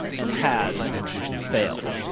and has failed.